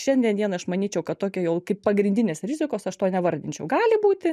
šiandien dienai aš manyčiau kad tokio jau kaip pagrindinės rizikos aš to nevardinčiau gali būti